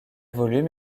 volume